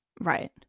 right